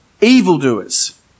evildoers